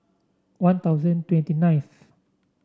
One Thousand twenty nineth